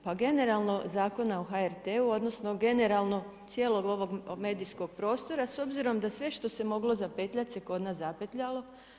Pa generalno Zakona o HRT-u, odnosno, generalno, cijelog ovog medijskog prostora, s obzirom da sve što se moglo zapetljati, se kod nas zapetljalo.